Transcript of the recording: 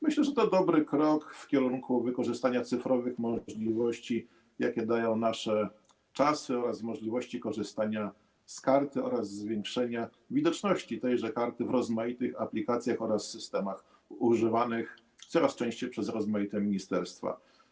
Myślę, że to dobry krok w kierunku wykorzystania cyfrowych możliwości, jakie dają nasze czasy, oraz możliwości korzystania z karty, a także zwiększenia widoczności tejże karty w rozmaitych aplikacjach oraz systemach używanych coraz częściej przez rozmaite ministerstwa.